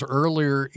earlier